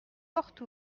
porte